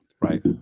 right